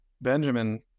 Benjamin